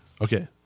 Okay